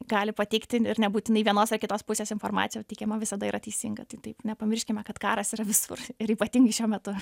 gali pateikti ir nebūtinai vienos ar kitos pusės informacija teikiama visada yra teisinga tai tai nepamirškime kad karas yra visur ir ypatingai šiuo metu